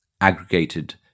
aggregated